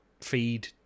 feed